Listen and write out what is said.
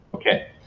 Okay